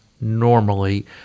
normally